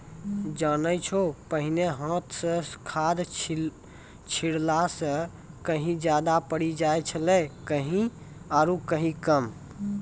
जानै छौ पहिने हाथों स खाद छिड़ला स कहीं ज्यादा पड़ी जाय छेलै आरो कहीं कम